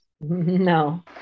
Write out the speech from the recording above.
No